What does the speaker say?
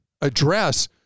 address